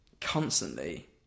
constantly